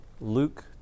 Luke